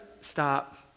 stop